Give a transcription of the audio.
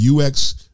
UX